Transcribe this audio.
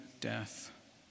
death